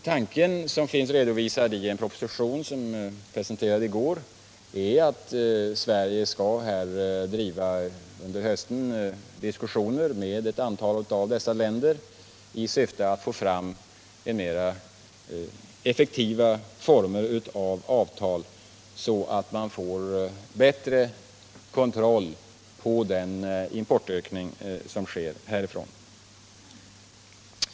Tanken, som finns redovisad i en proposition som jag presenterade i går, är att Sverige under hösten skall driva diskussioner med ett antal av dessa länder i syfte att få fram effektivare former av avtal, så att vi får en bättre kontroll av den importökning som sker därifrån.